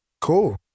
Cool